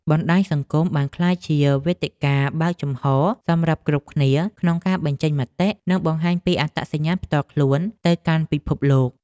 បណ្តាញសង្គមបានក្លាយជាវេទិកាបើកចំហសម្រាប់គ្រប់គ្នាក្នុងការបញ្ចេញមតិ និងបង្ហាញពីអត្តសញ្ញាណផ្ទាល់ខ្លួនទៅកាន់ពិភពលោក។